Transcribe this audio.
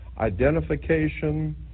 identification